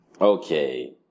Okay